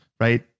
right